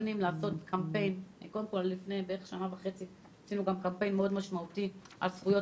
לפני שנה וחצי עשינו קמפיין מאוד משמעותי על זכויות